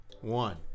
one